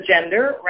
gender